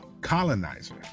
colonizer